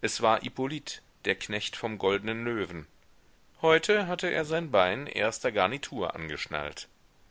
es war hippolyt der knecht vom goldnen löwen heute hatte er sein bein erster garnitur angeschnallt